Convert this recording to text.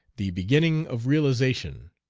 the beginning of realization,